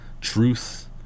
Truth